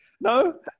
No